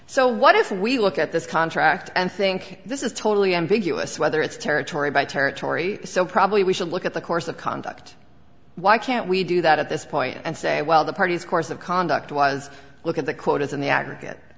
so what if we look at this contract and think this is totally ambiguous whether it's territory by territory so probably we should look at the course of conduct why can't we do that at this point and say well the party's course of conduct was look at the quotas in the a